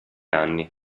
anni